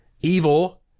evil